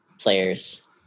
players